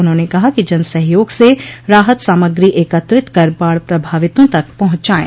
उन्होंने कहा कि जन सहयोग से राहत सामग्री एकत्रित कर बाढ़ प्रभावितों तक पहुंचायें